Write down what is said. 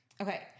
Okay